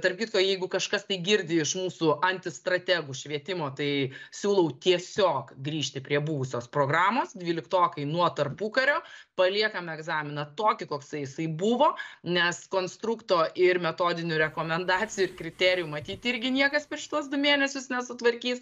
tarp kitko jeigu kažkas tai girdi iš mūsų anti strategų švietimo tai siūlau tiesiog grįžti prie buvusios programos dvyliktokai nuo tarpukario paliekam egzaminą tokį koksai jisai buvo nes konstrukto ir metodinių rekomendacijų ir kriterijų matyt irgi niekas per šituos du mėnesius nesutvarkys